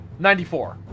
94